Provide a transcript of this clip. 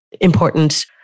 important